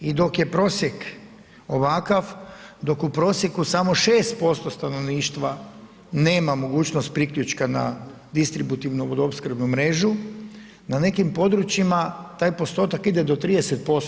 I dok je prosjek ovakav, dok u prosjeku samo 6% stanovništva nema mogućnost priključka na distributivnu vodoopskrbnu mrežu na nekim područjima taj postotak ide do 30%